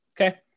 okay